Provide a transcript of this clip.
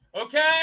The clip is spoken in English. Okay